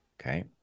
okay